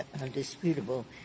undisputable